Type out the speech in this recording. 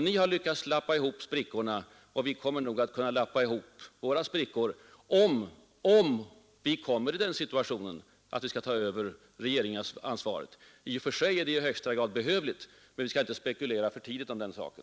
Ni har lyckats lappa ihop sprickorna, och vi skall nog kunna lappa ihop våra sprickor, om vi kommer i den situationen att vi skall ta över regeringsansvaret. I och för sig är det i högsta grad behövligt att vi får göra det. Men vi skall inte spekulera för tidigt om den saken.